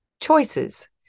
choices